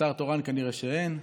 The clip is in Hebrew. שר תורן נראה שאין,